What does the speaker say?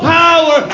power